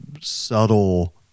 subtle